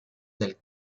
del